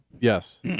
Yes